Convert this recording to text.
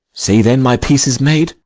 say, then, my peace is made.